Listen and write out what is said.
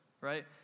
right